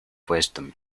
wisdom